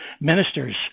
ministers